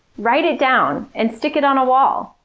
write it down and stick it on a wall,